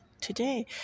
today